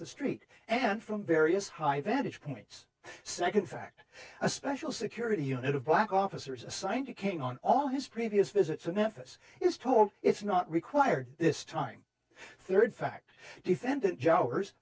the street and from various high vantage points second fact a special security unit of black officers assigned to came on all his previous visits a novice is told it's not required this time third fact defendant j